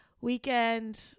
Weekend